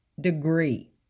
degree